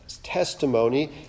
testimony